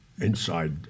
inside